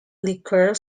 liqueur